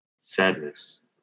Sadness